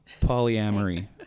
Polyamory